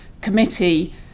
committee